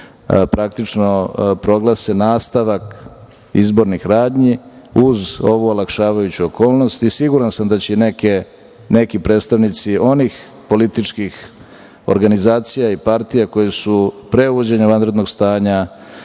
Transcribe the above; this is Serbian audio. komisije proglase nastavak izbornih radnji uz ovu olakšavajuću okolnost. Siguran sam da će neki predstavnici onih političkih organizacija i partija koje su pre uvođenja vanrednog stanja